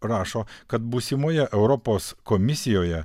rašo kad būsimoje europos komisijoje